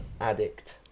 Addict